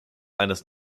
eines